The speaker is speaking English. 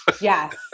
yes